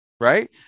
Right